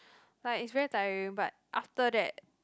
like it's very tiring but after that